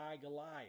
Goliath